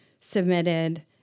submitted